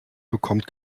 bekommt